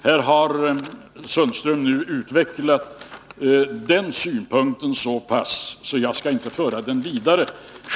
Här har Sten-Ove Sundström nu utvecklat den synpunkten så pass mycket, att jag inte skall föra den vidare.